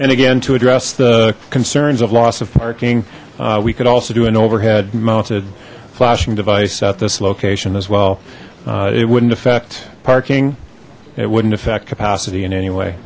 and again to address the concerns of loss of parking we could also do an overhead mounted flashing device at this location as well it wouldn't affect parking it wouldn't affect capacity in any way